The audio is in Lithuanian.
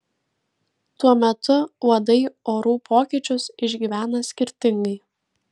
tuo metu uodai orų pokyčius išgyvena skirtingai